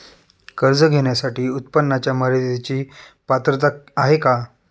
कर्ज घेण्यासाठी उत्पन्नाच्या मर्यदेची पात्रता आहे का?